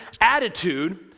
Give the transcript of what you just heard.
attitude